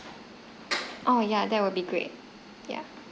oh yeah that will be great yeah